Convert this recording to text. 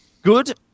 Good